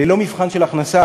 ללא מבחן של הכנסה,